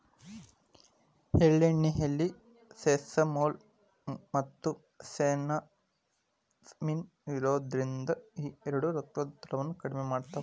ಎಳ್ಳೆಣ್ಣೆಯಲ್ಲಿ ಸೆಸಮೋಲ್, ಮತ್ತುಸೆಸಮಿನ್ ಇರೋದ್ರಿಂದ ಈ ಎರಡು ರಕ್ತದೊತ್ತಡವನ್ನ ಕಡಿಮೆ ಮಾಡ್ತಾವ